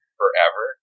forever